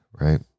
right